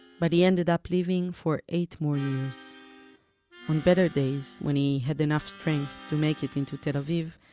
but he ended up living for eight more years on better days, when he had enough strength to make it into tel aviv,